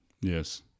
Yes